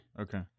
Okay